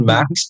Max